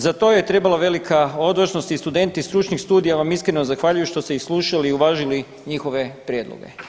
Za to je trebala velika odvažnost i studenti stručnih studija vam iskreno zahvaljuju što ste ih slušali i uvažili njihove prijedloge.